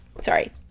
Sorry